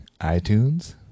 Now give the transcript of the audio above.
iTunes